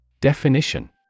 DEFINITION